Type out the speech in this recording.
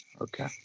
Okay